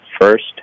first